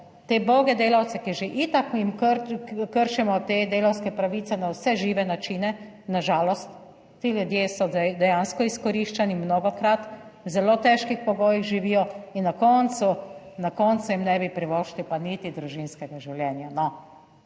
te uboge delavce, ki že itak, ko jim kar kršimo te delavske pravice na vse žive načine, na žalost, ti ljudje so zdaj dejansko izkoriščani, mnogokrat v zelo težkih pogojih živijo in na koncu jim ne bi privoščili pa niti družinskega življenja,